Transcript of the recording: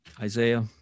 Isaiah